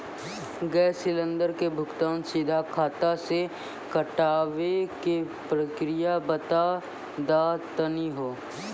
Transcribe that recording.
Gas cylinder के भुगतान सीधा खाता से कटावे के प्रक्रिया बता दा तनी हो?